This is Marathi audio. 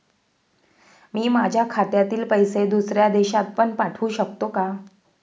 मी माझ्या खात्यातील पैसे दुसऱ्या देशात पण पाठवू शकतो का?